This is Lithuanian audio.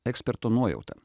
eksperto nuojauta